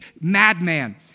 madman